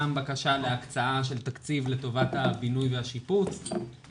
בקשה להקצאה של תקציב לטובת הבינוי והשיפוץ.